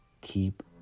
keep